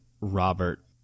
Robert